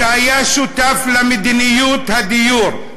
שהיה שותף למדיניות הדיור,